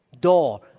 door